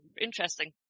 interesting